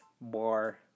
bar